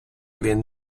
він